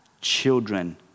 children